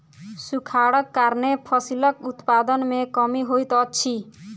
सूखाड़क कारणेँ फसिलक उत्पादन में कमी होइत अछि